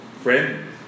Friend